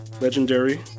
Legendary